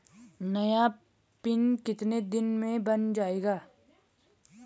नया पिन कितने दिन में बन जायेगा?